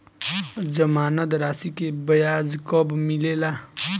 जमानद राशी के ब्याज कब मिले ला?